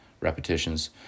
repetitions